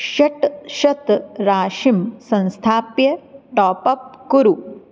षट् शतं राशिं संस्थाप्य टापप् कुरु